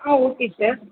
ah okay sir